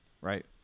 right